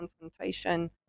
confrontation